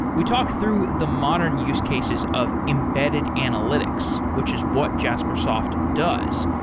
we talk through the modern use cases of embedded analytics, which is what jaspersoft does.